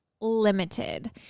limited